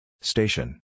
Station